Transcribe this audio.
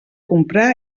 comprar